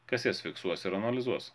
kas jas fiksuos ir analizuos